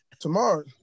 Tomorrow